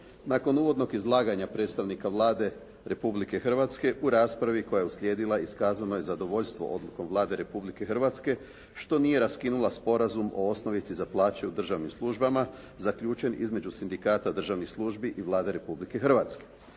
Nakon uvodnog izlaganja predstavnika Vlade Republike Hrvatske u raspravi koja je uslijedila iskazano je zadovoljstvo odlukom Vlade Republike Hrvatske što nije raskinula Sporazum o osnovici za plaće u državnim službama zaključen između Sindikata državnih službi i Vlade Republike Hrvatske.